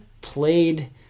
played